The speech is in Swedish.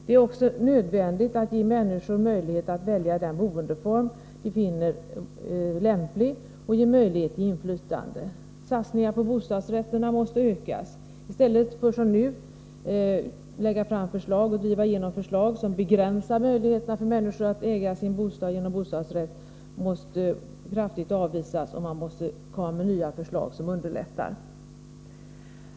Det är också nödvändigt att ge människor möjlighet att välja den boendeform de finner lämplig och att ge möjlighet till inflytande. Satsningar på bostadsrätter måste ökas. I stället för att som nu lägga fram och driva igenom förslag som begränsar möjligheterna för människor att äga sin bostad genom bostadsrätt — förslag som vi kraftigt avvisar — måste man komma med nya förslag som underlättar denna form av boende.